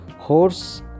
Horse